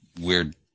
weird